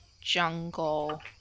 jungle